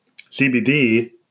CBD